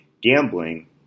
gambling